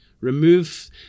Remove